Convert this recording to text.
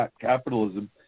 capitalism